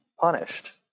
punished